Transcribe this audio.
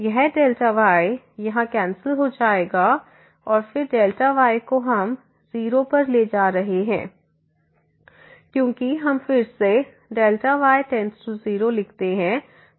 यह Δyयहां कैंसिल हो जाएगा और फिर Δy को हम 0 पर ले जा रहे हैं क्योंकि हम फिर से Δy→0 लिखते हैं